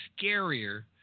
scarier